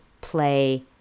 play